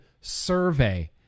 survey